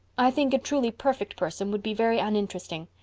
i think a truly perfect person would be very uninteresting.